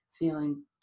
feeling